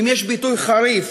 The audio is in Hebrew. אם יש ביטוי חריף,